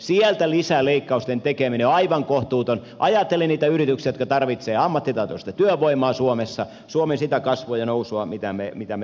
sieltä lisäleikkausten tekeminen on aivan kohtuutonta ajatellen niitä yrityksiä jotka tarvitsevat ammattitaitoista työvoimaa suomessa suomen sitä kasvua ja nousua mitä me välttämättä tarvitsemme